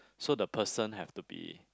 so the person have to be